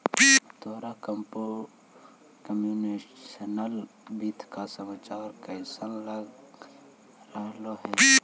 तोहरा कंप्युटेशनल वित्त का विचार कइसन लग रहलो हे